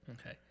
Okay